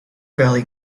valley